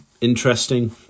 interesting